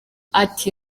ati